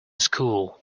school